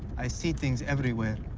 i see things everywhere.